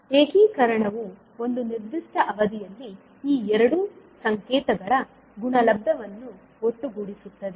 ಏಕೀಕರಣವು ಒಂದು ನಿರ್ದಿಷ್ಟ ಅವಧಿಯಲ್ಲಿ ಈ ಎರಡು ಸಂಕೇತಗಳ ಗುಣಲಬ್ಧವನ್ನು ಒಟ್ಟುಗೂಡಿಸುತ್ತದೆ